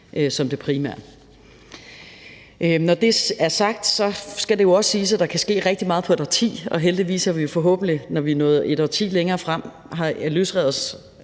kræfter på. Når det er sagt, så skal det også siges, at der kan ske rigtig meget på et årti, og heldigvis har vi forhåbentlig, når vi er nået et årti længere frem, løsrevet